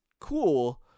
cool